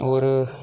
होर